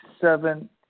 seven